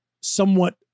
somewhat